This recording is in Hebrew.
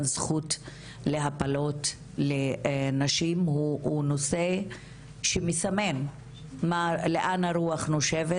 זכות להפלות לנשים הוא נושא שמסמן לאן הרוח נושבת